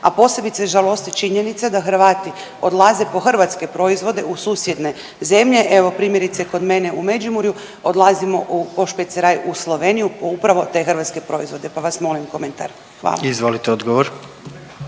a posebice žalosti činjenica da Hrvati odlaze po hrvatske proizvode u susjedne zemlje, evo primjerice kod mene u Međimurju odlazimo po špeceraj u Sloveniju po upravo te hrvatske proizvode, pa vas molim komentar, hvala. **Jandroković,